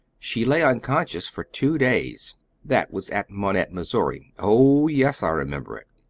she lay unconscious for two days that was at monette, missouri. oh, yes, i remember it!